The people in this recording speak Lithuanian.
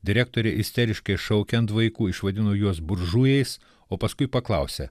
direktorė isteriškai šaukė ant vaikų išvadino juos buržujais o paskui paklausė